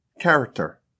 character